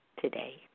Today